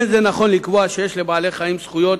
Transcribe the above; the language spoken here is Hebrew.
לא נכון לקבוע שיש לבעלי-חיים זכויות